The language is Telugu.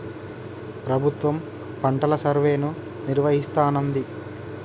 ప్రభుత్వం పంటల సర్వేను నిర్వహిస్తానంది